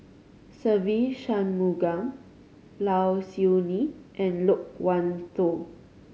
Se Ve Shanmugam Low Siew Nghee and Loke Wan Tho